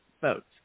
votes